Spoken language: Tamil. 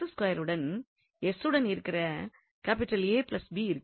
உடன் உடன் இருக்கிற இருக்கின்றது